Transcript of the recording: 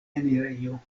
enirejo